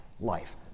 life